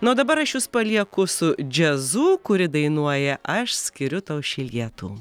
na o dabar aš jus palieku su jazzu kuri dainuoja aš skiriu tau šį lietų